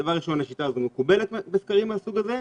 דבר ראשון השיטה הזאת מקובלת בסקרים מהסוג הזה,